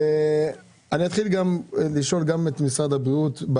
אני רוצה לשאול את משרד הבריאות.